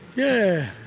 yeah,